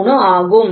063 ஆகும்